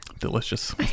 delicious